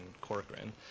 Corcoran